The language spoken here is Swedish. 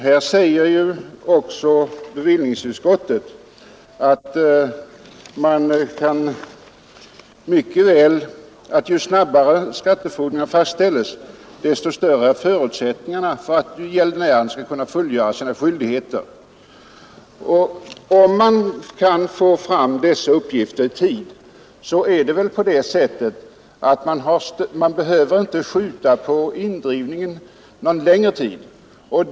Här säger ju också utskottet att ju snabbare skattefordringarna fastställs, desto större är förutsättningarna för att gäldenären skall kunna fullgöra sina skyldigheter. Och om man kan få fram dessa uppgifter i tid behöver man inte skjuta på indrivningen någon längre tid.